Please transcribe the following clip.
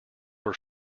were